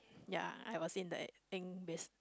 ya I got seen the ink base